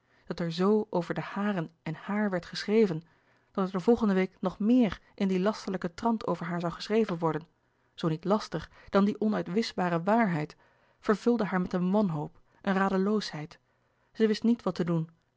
dat er zoo over de haren en haar werd geschreven dat er de volgende week nog meer in dien lasterlijken trant over haar zoû geschreven worden zoo niet laster dan die onuitwischbare waarheid vervulde haar met een wanhoop een radeloosheid zij wist niet wat te doen